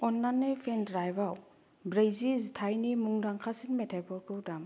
अन्नानै पेनद्राइभआव ब्रैजि जिथायनि मुंदांखासिन मेथायफोरखौ दाम